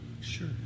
Sure